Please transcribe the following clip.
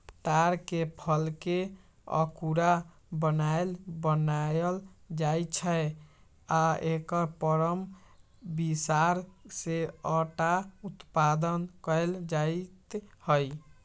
तार के फलके अकूरा बनाएल बनायल जाइ छै आ एकर परम बिसार से अटा उत्पादन कएल जाइत हइ